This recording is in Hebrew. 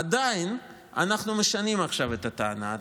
עדיין, אנחנו משנים עכשיו את הטענה.